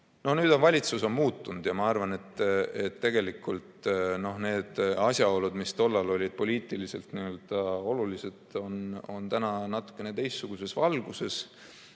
Nüüd on valitsus muutunud ja ma arvan, et asjaolud, mis tollal olid poliitiliselt olulised, on täna natukene teistsuguses valguses.